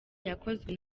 yakozwe